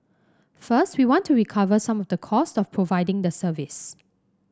first we want to recover some of the cost of providing the service